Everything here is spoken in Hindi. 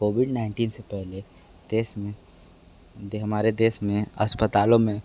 कोविड नाइन्टीन से पहले देश में हमारे देश में अस्पतालों में